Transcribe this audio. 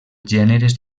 gèneres